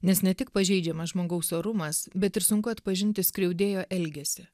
nes ne tik pažeidžiamas žmogaus orumas bet ir sunku atpažinti skriaudėjo elgesį